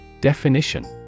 Definition